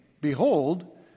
Behold